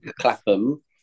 Clapham